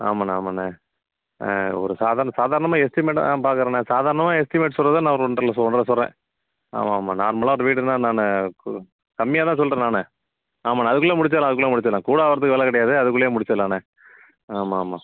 ஆமாண்ணா ஆமாண்ணா ஆ ஒரு சாதாரண சாதாரணமாக எஸ்டிமேட்டாக ஆ பார்க்கறேண்ணா சாதாரணமாக எஸ்டிமேட் சொல்கிறத நான் ஒரு ஒன்றரைல சொல்கிற சொல்கிறேன் ஆமாம் ஆமாம் நார்மலாக ஒரு வீடுனால் நான் கு கம்மியாக தான் சொல்கிறேன் நான் ஆமாண்ணா அதுக்குள்ளே முடிச்சிடலாம் அதுக்குள்ளே முடிச்சிடலாம் கூட ஆகிறதுக்கு வேலை கிடையாது அதுக்குள்ளேயே முடிச்சிடலாண்ணா ஆமாம் ஆமாம்